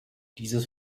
dieses